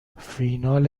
فینال